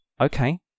okay